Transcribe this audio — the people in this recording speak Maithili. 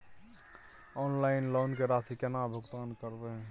ऑनलाइन लोन के राशि केना भुगतान करबे?